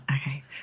Okay